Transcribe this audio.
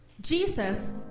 Jesus